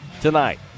tonight